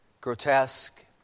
grotesque